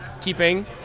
keeping